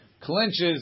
clinches